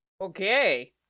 Okay